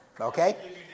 Okay